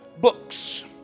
books